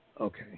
Okay